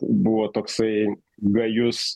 buvo toksai gajus